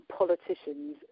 politicians